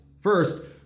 First